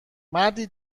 مردی